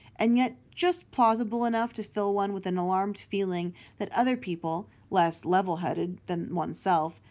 and yet just plausible enough to fill one with an alarmed feeling that other people, less level-headed than oneself,